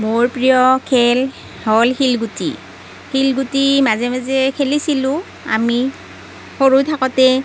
মোৰ প্ৰিয় খেল হ'ল শিলগুটি শিলগুটি মাজে মাজে খেলিছিলোঁ আমি সৰু থাকোঁতে